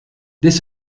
this